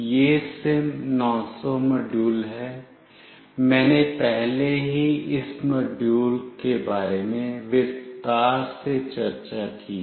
यह SIM900 module है मैंने पहले ही इस मॉड्यूल के बारे में विस्तार से चर्चा की है